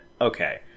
okay